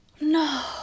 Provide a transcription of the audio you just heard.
No